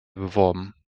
beworben